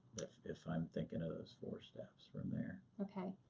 if i'm thinking of those four steps from there. okay.